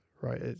right